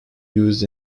used